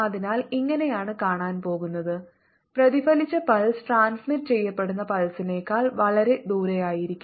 അതിനാൽ ഇങ്ങനെയാണ് കാണാൻ പോകുന്നത് പ്രതിഫലിച്ച പൾസ് ട്രാൻസ്മിറ് ചെയ്യപ്പെടുന്ന പൾസിനേക്കാൾ വളരെ ദൂരെയായിരിക്കും